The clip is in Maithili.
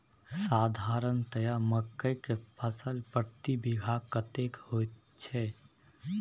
साधारणतया मकई के फसल प्रति बीघा कतेक होयत छै?